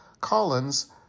Collins